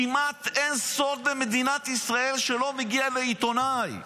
כמעט אין סוד במדינת ישראל שלא מגיע לעיתונאי,